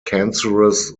cancerous